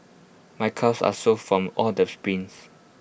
my calves are sore from all the sprints